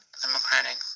democratic